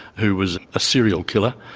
who was a serial killer,